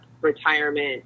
retirement